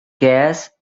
gas